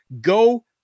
go